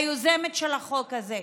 היוזמת של החוק הזה,